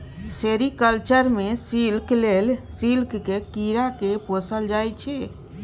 sericulture मे silk लेल सिल्कक कीरा केँ पोसल जाइ छै